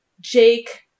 Jake